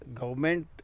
government